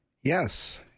Yes